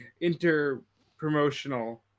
inter-promotional